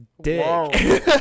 dick